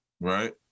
Right